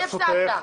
אותי הפסקת.